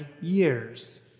years